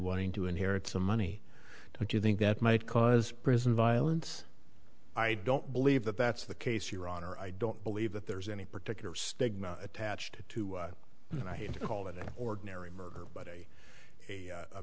wanting to inherit some money do you think that might cause prison violence i don't believe that that's the case your honor i don't believe that there's any particular stigma attached to it and i hate to call it an ordinary murder but a